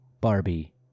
Barbie